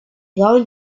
going